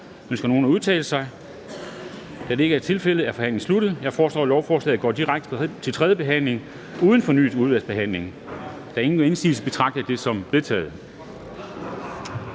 Ønsker nogen at udtale sig? Da det er ikke tilfældet, er forhandlingen sluttet. Jeg foreslår, at lovforslaget går direkte til tredje behandling uden fornyet udvalgsbehandling. Hvis ingen gør indsigelse, betragter jeg det som vedtaget.